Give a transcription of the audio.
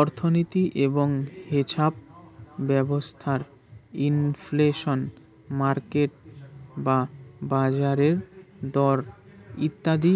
অর্থনীতি এবং হেছাপ ব্যবস্থার ইনফ্লেশন, মার্কেট বা বাজারের দর ইত্যাদি